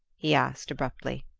he asked abruptly.